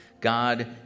God